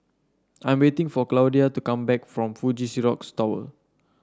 I'm waiting for Claudia to come back from Fuji Xerox Tower